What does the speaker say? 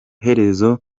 iherezo